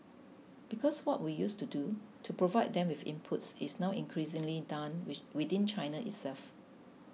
because what we used to do to provide them with inputs is now increasingly done within China itself